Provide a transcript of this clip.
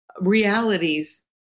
realities